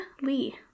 Lee